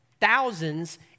thousands